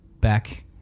back